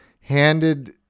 handed